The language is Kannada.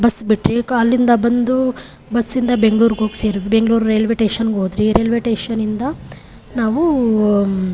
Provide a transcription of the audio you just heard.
ಬಸ್ ಬಿಟ್ವಿ ಅಲ್ಲಿಂದ ಬಂದು ಬಸ್ಸಿಂದ ಬೆಂಗ್ಳೂರಿಗೆ ಹೋಗಿ ಸೇರಿದ್ವಿ ಬೆಂಗ್ಳೂರು ರೈಲ್ವೇ ಟೇಷನ್ಗೆ ಹೋದ್ವಿ ರೈಲ್ವೇ ಟೇಷನಿಂದ ನಾವು